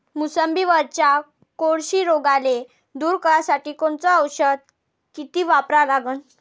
मोसंबीवरच्या कोळशी रोगाले दूर करासाठी कोनचं औषध किती वापरा लागन?